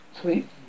sweet